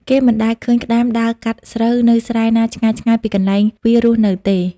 គេមិនដែលឃើញក្ដាមដើរកាត់ស្រូវនៅស្រែណាឆ្ងាយៗពីកន្លែងវារស់នៅទេ ។